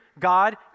God